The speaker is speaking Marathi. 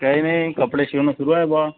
काही नाही कपडे शिवणं सुरू आहे बुवा